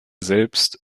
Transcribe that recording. selbst